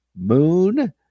Moon